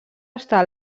està